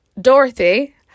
Dorothy